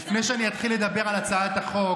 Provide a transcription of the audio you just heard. לפני שאתחיל לדבר על הצעת החוק,